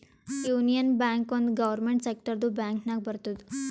union Bank ಒಂದ್ government ಸೆಕ್ಟರ್ದು bank ನಾಗ್ ಬರ್ತುದ್